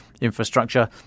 infrastructure